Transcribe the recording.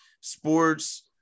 sports